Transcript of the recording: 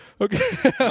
Okay